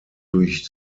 durch